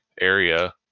area